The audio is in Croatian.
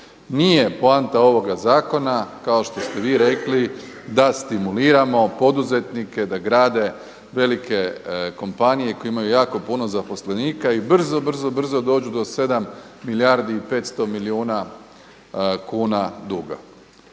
Nije poanta ovoga zakona kao što ste vi rekli da stimuliramo poduzetnike da grade velike kompanije koje imaju jako puno zaposlenika i brzo, brzo dođu do 7 milijardi i 500 milijuna kuna duga.